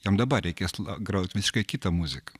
jam dabar reikės grot visiškai kitą muziką